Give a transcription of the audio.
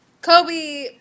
Kobe